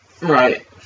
Right